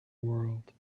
world